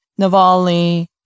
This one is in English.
Navalny